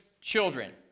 children